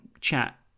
chat